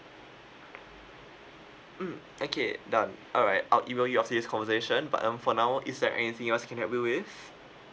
mm okay done alright I'll email you after this conversation but um for now is there anything else I can help you with